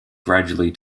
gradually